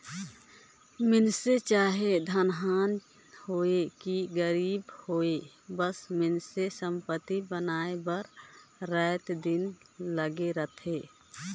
मइनसे चाहे धनहा होए कि गरीब होए सब मइनसे संपत्ति बनाए बर राएत दिन लगे रहथें